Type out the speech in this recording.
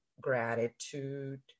gratitude